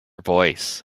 voice